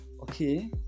Okay